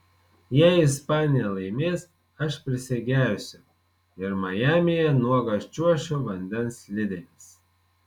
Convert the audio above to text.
jei ispanija laimės aš prisigersiu ir majamyje nuogas čiuošiu vandens slidėmis